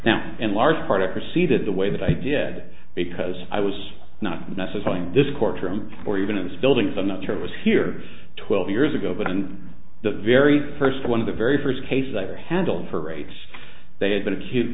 now in large part of proceeded the way that i did because i was not necessary in this courtroom or even in this building is i'm not sure it was here twelve years ago but and the very first one of the very first case i ever handled for rates they had been a